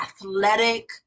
athletic